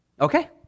Okay